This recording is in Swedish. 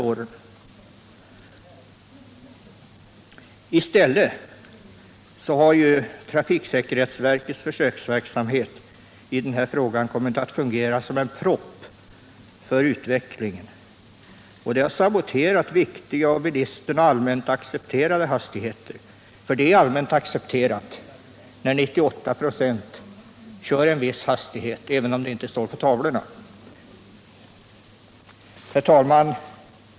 I stället har trafiksäkerhetsverkets försöksverksamhet i denna fråga kommit att fungera som en propp för utvecklingen, och det har saboterat viktiga och av bilisterna allmänt accepterade hastighetsgränser — för det får anses allmänt accepterat när 98 96 kör i en viss hastighet, även om den inte står angiven på tavlorna. Herr talman!